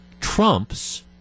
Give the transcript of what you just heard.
trumps